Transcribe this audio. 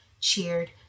cheered